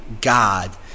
God